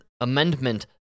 Amendment